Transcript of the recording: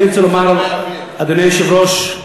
אדוני היושב-ראש,